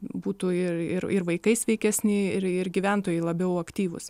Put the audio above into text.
būtų ir ir ir vaikai sveikesni ir ir gyventojai labiau aktyvūs